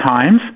times